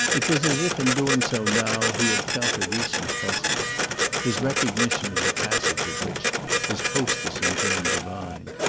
it was as if in doing so now he had felt a recent presence his recognition of the passage of which his hostess in turn divined.